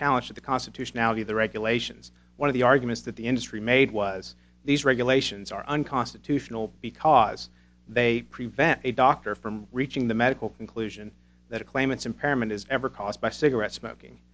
challenge the constitutionality of the regulations one of the arguments that the industry made was these regulations are unconstitutional because they prevent a doctor from reaching the medical conclusion that claimants impairment is ever caused by cigarette smoking